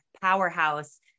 powerhouse